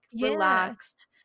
relaxed